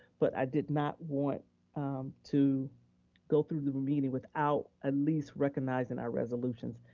but i did not want to go through the meeting without at least recognizing our resolutions.